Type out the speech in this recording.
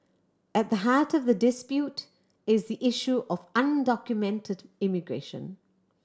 at the heart of the dispute is issue of undocumented immigration